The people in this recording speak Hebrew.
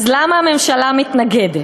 אז למה הממשלה מתנגדת?